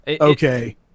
okay